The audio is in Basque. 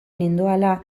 nindoala